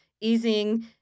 easing